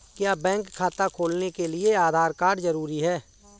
क्या बैंक खाता खोलने के लिए आधार कार्ड जरूरी है?